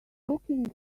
looking